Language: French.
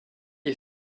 est